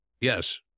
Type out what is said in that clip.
Yes